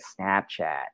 Snapchat